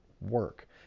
work